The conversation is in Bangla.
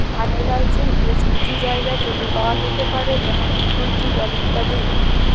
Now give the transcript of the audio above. ফাইলালসিং ব্যাশ কিছু জায়গা থ্যাকে পাওয়া যাতে পারে যেমল ইকুইটি, লল ইত্যাদি